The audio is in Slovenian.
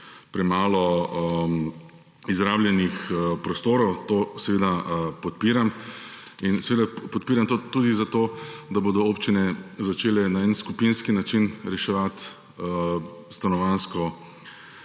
premalo izrabljenih prostorov. To seveda podpiram. Podpiram to tudi zato, da bodo občine začele na skupinski način reševati stanovanjsko